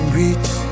reach